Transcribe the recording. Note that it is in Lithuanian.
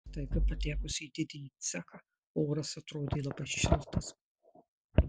staiga patekus į didįjį cechą oras atrodė labai šiltas